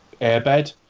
airbed